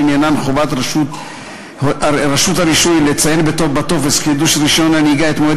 שעניינן חובת רשות הרישוי לציין בטופס חידוש רישיון נהיגה את מועד